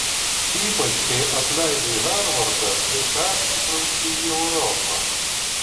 ypač kai apleidai harvardą ir persikraustei į europą